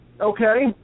okay